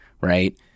right